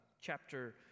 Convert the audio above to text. chapter